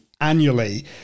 annually